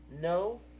No